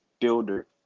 builder